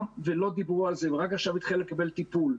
ולא דיברו על זה ורק עכשיו היא התחילה לקבל טיפול.